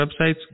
websites